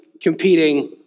competing